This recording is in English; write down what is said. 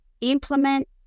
implement